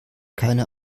keine